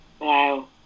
wow